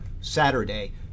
Saturday